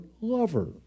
lover